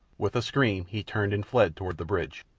with a scream he turned and fled toward the bridge.